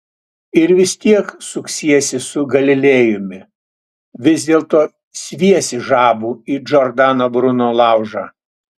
ir vis tiek suksiesi su galilėjumi vis dėlto sviesi žabų į džordano bruno laužą